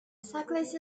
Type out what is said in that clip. cyclist